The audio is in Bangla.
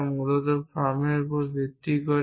তা মূলত ফর্মের উপর ভিত্তি করে